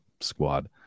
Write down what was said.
squad